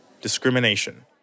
discrimination